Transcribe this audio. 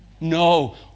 No